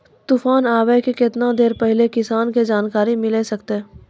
तूफान आबय के केतना देर पहिले किसान के जानकारी मिले सकते?